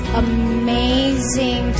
amazing